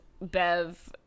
Bev